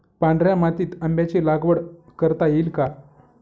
पांढऱ्या मातीत आंब्याची लागवड करता येईल का?